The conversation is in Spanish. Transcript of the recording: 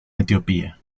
etiopía